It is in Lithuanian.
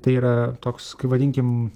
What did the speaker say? tai yra toks kai vadinkim